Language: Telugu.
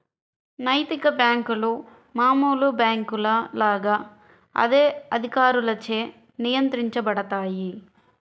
నైతిక బ్యేంకులు మామూలు బ్యేంకుల లాగా అదే అధికారులచే నియంత్రించబడతాయి